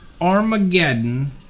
Armageddon